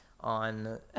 on